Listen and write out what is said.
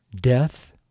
Death